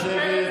נא לשבת.